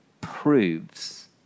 proves